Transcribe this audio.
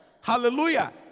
Hallelujah